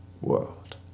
world